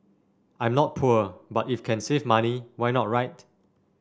I'm not poor but if can save money why not right